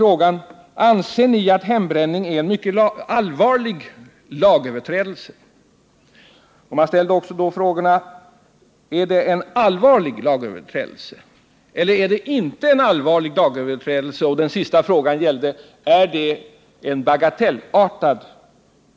Man bad dem som deltog i undersökningen att ange om de ansåg hembränning vara en lagöverträdelse som var mycket allvarlig, allvarlig, icke allvarlig eller bagatellartad.